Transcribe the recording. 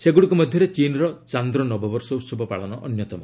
ସେଗୁଡ଼ିକ ମଧ୍ୟରେ ଚୀନ୍ର ଚାନ୍ଦ୍ର ନବବର୍ଷ ଉହବ ପାଳନ ଅନ୍ୟତମ